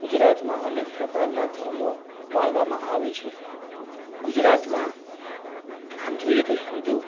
ગુજરાતમાં અનેક પ્રકારના ધર્મો પાળવામાં આવે છે ગુજરાતમાં આમ જોઈએ તો હિંદુ